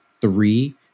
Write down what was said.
three